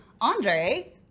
Andre